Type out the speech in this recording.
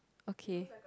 okay